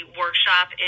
workshop